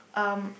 um